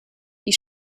die